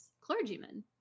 clergymen